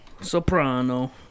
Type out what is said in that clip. Soprano